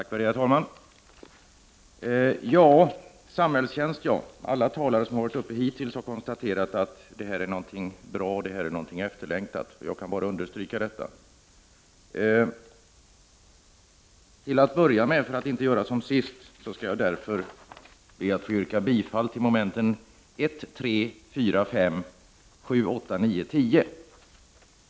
Herr talman! Alla talare som hittills har varit uppe i debatten har konstaterat att samhällstjänst är någonting bra och efterlängtat. Jag kan bara understryka detta. Jag vill till att börja med, för att inte göra som jag gjorde sist, yrka bifall till momenten 1, 3, 4, 5, 7, 8, 9 och 10.